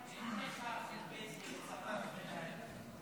הפיפי של הכלבים.